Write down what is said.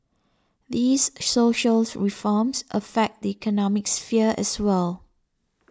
these social reforms affect the economic sphere as well